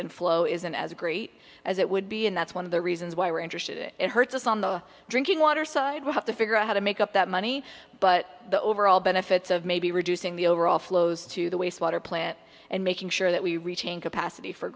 in flow isn't as great as it would be and that's one of the reasons why we're interested in it hurts us on the drinking water side we'll have to figure out how to make up that money but the overall benefits of maybe reducing the overall flows to the wastewater plant and making sure that we retain capacity for